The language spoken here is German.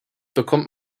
bekommt